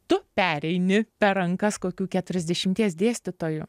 tu pereini per rankas kokių keturiasdešimties dėstytojų